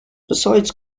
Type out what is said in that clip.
besides